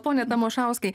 pone tamošauskai